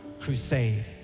Crusade